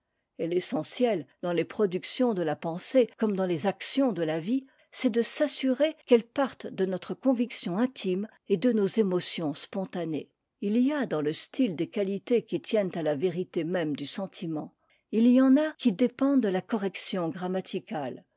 et l'essentiel dans les productions de la pensée comme dans les actions dé la vie c'est de s'assurer qu'elles partent de notre conviction intime et de nos émotions spontanées il y a dans le style des qualités qui tiennent à la vérité même du sentiment il y en a qui dépendent de la correction grammaticale